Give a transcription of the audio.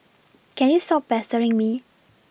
can you stop pestering me